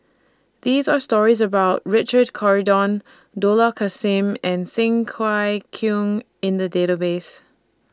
These Are stories about Richard Corridon Dollah Kassim and Cheng Wai Keung in The Database